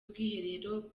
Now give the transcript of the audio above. ubwiherero